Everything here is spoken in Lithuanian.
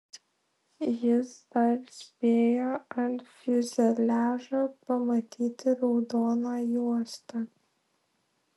jis dar spėjo ant fiuzeliažo pamatyti raudoną juostą